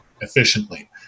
efficiently